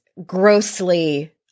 grossly